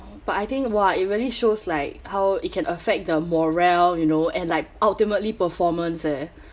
but I think !wah! it really shows like how it can affect the morale you know and like ultimately performance eh